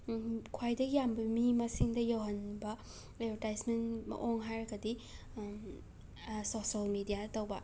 ꯈ꯭ꯋꯥꯏꯗꯒꯤ ꯌꯥꯝꯕ ꯃꯤ ꯃꯁꯤꯡꯗ ꯌꯧꯍꯟꯕ ꯑꯦꯗꯕꯔꯇꯥꯏꯁꯃꯦꯟ ꯃꯑꯣꯡ ꯍꯥꯏꯔꯒꯗꯤ ꯁꯣꯁꯣꯜ ꯃꯤꯗꯤꯌꯥ ꯇꯧꯕ